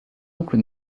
oncle